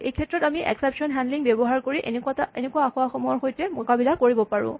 এইক্ষেত্ৰত আমি exception handling ব্যৱহাৰ কৰি এনেকুৱা আসোঁৱাহ সমূহৰ সৈতে মোকাবিলা কৰিব পাৰোঁ